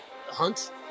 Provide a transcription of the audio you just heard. hunt